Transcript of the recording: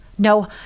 No